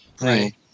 Right